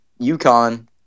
UConn